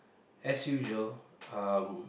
as usual um